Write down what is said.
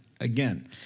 again